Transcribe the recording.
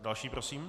Další prosím.